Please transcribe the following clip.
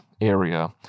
area